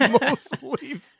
mostly